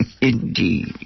Indeed